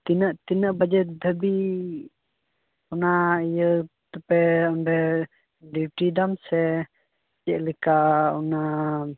ᱛᱤᱱᱟᱹᱜ ᱛᱤᱱᱟᱹᱜ ᱵᱟᱡᱮᱹᱴ ᱫᱷᱟᱹᱵᱤᱡ ᱚᱱᱟ ᱤᱭᱟᱹᱛᱮᱯᱮ ᱚᱸᱰᱮ ᱰᱤᱣᱴᱤᱭᱮᱫᱟᱢ ᱥᱮ ᱪᱮᱫᱞᱮᱠᱟ ᱚᱱᱟ